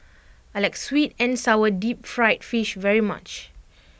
I like Sweet and Sour Deep Fried Fish very much